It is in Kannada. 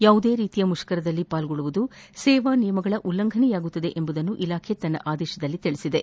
ಯಾವುದೇ ರೀತಿಯ ಮುಷ್ಕರದಲ್ಲಿ ಭಾಗವಹಿಸುವುದು ಸೇವಾ ನಿಯಮಗಳ ಉಲ್ಲಂಘನೆಯಾಗುತ್ತದೆ ಎಂಬುದನ್ನು ಇಲಾಖೆ ತನ್ನ ಆದೇಶದಲ್ಲಿ ತಿಳಬದೆ